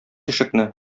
ишекне